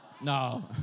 no